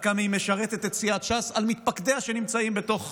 כמה היא משרתת את סיעת ש"ס על מתפקדיה שנמצאים בתוך